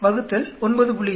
5 9